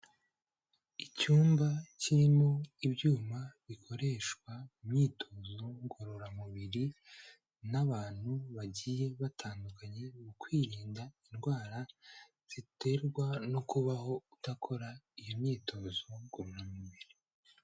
Icyumba kirimo ibyuma bikoreshwa mu myitozo ngororamubiri, n'abantu bagiye batandukanye mu kwirinda indwara ziterwa no kubaho udakora iyo myitozo ngororamubiri.